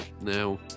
Now